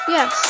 Yes